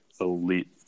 elite